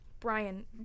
Brian